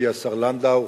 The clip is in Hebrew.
ידידי השר לנדאו,